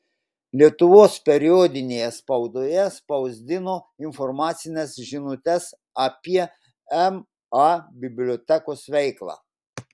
lietuvos periodinėje spaudoje spausdino informacines žinutes apie ma bibliotekos veiklą